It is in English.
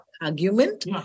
argument